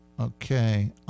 Okay